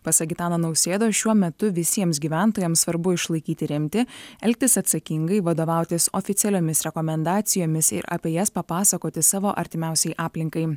pasak gitano nausėdos šiuo metu visiems gyventojams svarbu išlaikyti rimtį elgtis atsakingai vadovautis oficialiomis rekomendacijomis ir apie jas papasakoti savo artimiausiai aplinkai